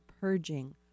purging